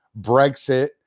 Brexit